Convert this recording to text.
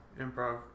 Improv